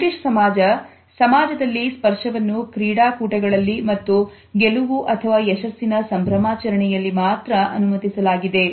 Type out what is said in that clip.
British ಸಮಾಜ ಸಮಾಜದಲ್ಲಿಸ್ಪರ್ಶವನ್ನು ಕ್ರೀಡಾ ಕೂಟಗಳಲ್ಲಿ ಮತ್ತು ಗೆಲುವು ಅಥವಾ ಯಶಸ್ಸಿನ ಸಂಭ್ರಮಾಚರಣೆಯಲ್ಲಿ ಮಾತ್ರ ಅನುಮತಿಸಲಾಗಿದೆ